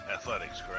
Athletics